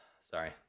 sorry